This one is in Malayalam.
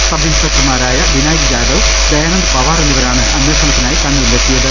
സബ് ഇൻസ്പെക്ടർമാരായ വിനായക് ജാദവ് ദയാനന്ദ് പവാർ എന്നിവരാണ് അന്വേഷണത്തിനായി കണ്ണൂരിലെത്തിയത്